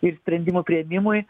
ir sprendimų priėmimui